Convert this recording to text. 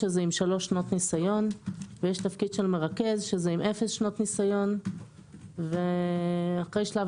משרד הכלכלה לצורך הרפורמה